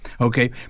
Okay